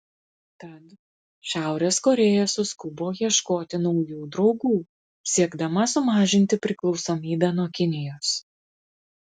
tad šiaurės korėja suskubo ieškoti naujų draugų siekdama sumažinti priklausomybę nuo kinijos